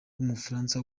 w’umufaransa